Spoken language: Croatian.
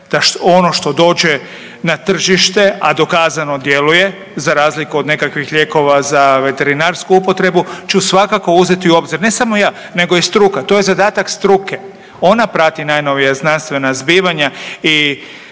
ono što dođe na tržite, a dokazano djeluje za razliku od nekakvih lijekova za veterinarsku upotrebu ću svakako uzeti u obzir, ne samo ja nego i struka, to je zadatak struke. Ona prati najnovija znanstvena zbivanja i